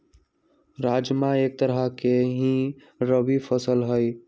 राजमा एक तरह के ही रबी फसल हई